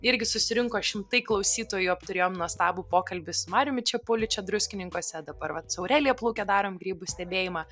irgi susirinko šimtai klausytojų apturėjom nuostabų pokalbį su mariumi čepuliu čia druskininkuose dabar vat su aurelija plūke darom grybų stebėjimą